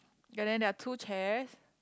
ya then there are two chairs